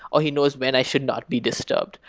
or he knows when i should not be disturb,